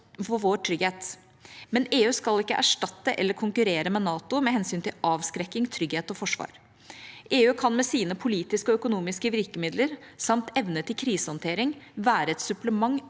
for vår trygghet, men at EU ikke skal erstatte eller konkurrere med NATO med hensyn til avskrekking, trygghet og forsvar, og at EU med sine politiske og økonomiske virkemidler samt evne til krisehåndtering kan være et supplement,